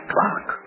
Clock